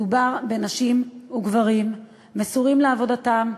מדובר בנשים וגברים מסורים לעבודתם,